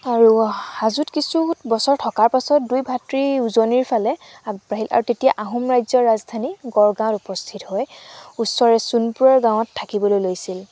আৰু হাজোত কিছু বছৰ থকাৰ পিছত দুই ভাতৃ উজনিৰফালে আগবাঢ়িল আৰু তেতিয়া আহোম ৰাজ্যৰ ৰাজধানী গড়গাঁৱত উপস্থিত হৈ ওচৰে সোণপোৰা গাঁৱত থাকিবলৈ লৈছিল